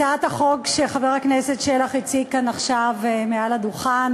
הצעת החוק שחבר הכנסת שלח הציג כאן עכשיו מעל הדוכן